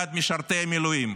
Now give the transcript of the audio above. בעד משרתי המילואים,